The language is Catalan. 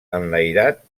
enlairat